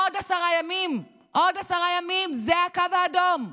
עוד עשרה ימים, עוד עשרה ימים זה הקו האדום.